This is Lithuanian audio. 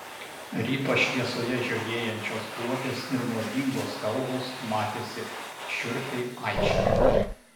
ryto šviesoje žiojėjančios duobės ir nuodingos kalvos matėsi šiurpiai aiškiai